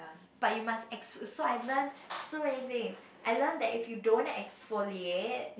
but you must exf~ so I've learnt so many things I learn that if you don't exfoliate